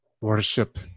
Worship